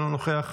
אינו נוכח,